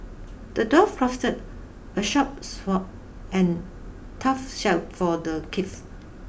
the dwarf crafted a sharp sword and toughshield for the knights